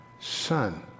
son